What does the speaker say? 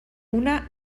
una